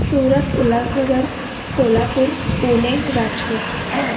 Surat Ulhasnagar Kolhapur Pune Rajkot